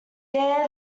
there